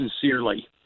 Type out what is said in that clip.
sincerely